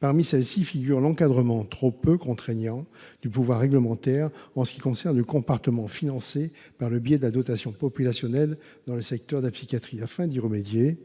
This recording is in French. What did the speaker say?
Parmi ces dispositions figure l’encadrement trop peu contraignant du pouvoir réglementaire pour ce qui concerne le compartiment financé par le biais de la dotation populationnelle dans le secteur de la psychiatrie. Afin d’y remédier,